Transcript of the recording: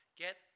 get